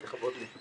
לכבוד לי.